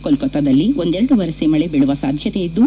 ಕೊಲ್ಲತ್ತಾದಲ್ಲಿ ಒಂದೆರಡು ವರಸೆ ಮಳೆ ಬೀಳುವ ಸಾಧ್ಯತೆಯಿದ್ದು